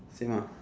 same ah